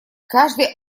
каждый